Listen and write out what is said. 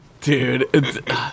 Dude